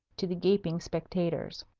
to the gaping spectators.